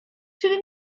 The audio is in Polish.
czyli